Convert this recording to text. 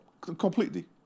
Completely